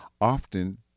Often